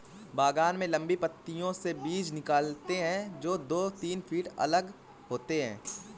बागान में लंबी पंक्तियों से बीज निकालते है, जो दो तीन फीट अलग होते हैं